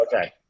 okay